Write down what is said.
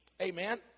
Amen